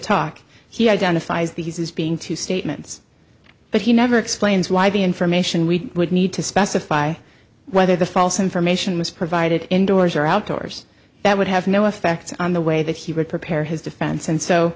talk he identifies these as being two statements but he never explains why the information we would need to specify whether the false information was provided indoors or outdoors that would have no effect on the way that he would prepare his defense and so